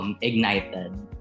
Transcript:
Ignited